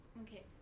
okay